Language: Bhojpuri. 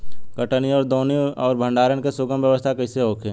कटनी और दौनी और भंडारण के सुगम व्यवस्था कईसे होखे?